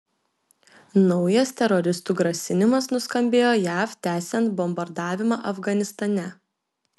naujas teroristų grasinimas nuskambėjo jav tęsiant bombardavimą afganistane